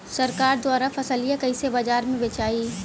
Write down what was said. सरकार द्वारा फसलिया कईसे बाजार में बेचाई?